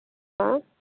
आँय